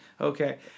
Okay